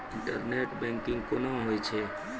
Internet banking कोना होय छै?